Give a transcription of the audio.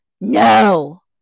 No